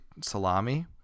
salami